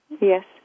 Yes